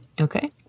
Okay